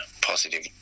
positive